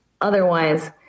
otherwise